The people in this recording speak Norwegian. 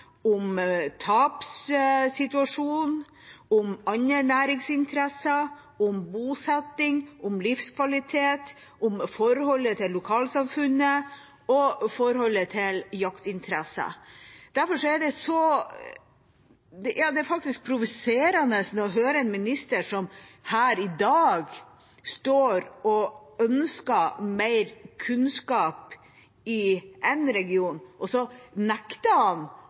om tapssituasjonen, om andre næringsinteresser, om bosetting, om livskvalitet, om forholdet til lokalsamfunnet og om forholdet til jaktinteresser. Derfor er det provoserende å høre en statsråd som står her i dag og ønsker mer kunnskap om én region